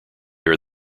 are